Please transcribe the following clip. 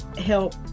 help